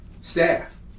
staff